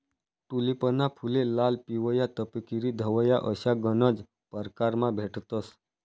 टूलिपना फुले लाल, पिवया, तपकिरी, धवया अशा गनज परकारमा भेटतंस